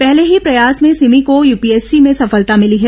पहले ही प्रयास भें सिमी को यूपीएससी में सफलता मिली है